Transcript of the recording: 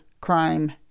crime